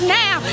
now